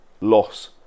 loss